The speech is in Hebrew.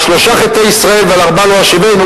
על שלושה חטאי ישראל ועל ארבעה לא אשיבנו,